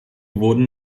wurden